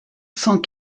cent